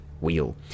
wheel